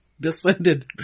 descended